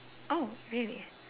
oh really